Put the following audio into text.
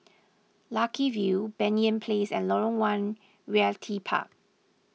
Lucky View Banyan Place and Lorong one Realty Park